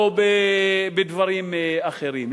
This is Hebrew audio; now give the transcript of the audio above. או בדברים אחרים,